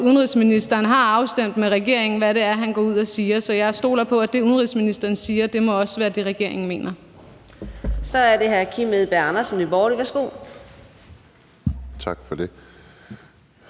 udenrigsministeren har afstemt med regeringen, hvad det er, han går ud og siger, så jeg stoler på, at det, udenrigsministeren siger, også må være det, regeringen mener. Kl. 13:08 Fjerde næstformand (Karina Adsbøl): Så er det